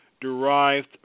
derived